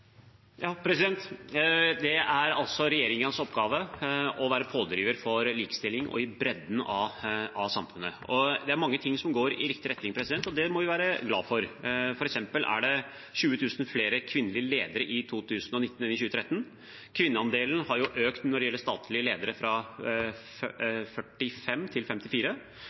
Det er altså regjeringens oppgave å være pådriver for likestilling i bredden av samfunnet. Det er mange ting som går i riktig retning, og det må vi være glad for. Det var f.eks. 20 000 flere kvinnelige ledere i 2019 enn i 2013. Når det gjelder statlige ledere, har kvinneandelen økt fra 45 til 54.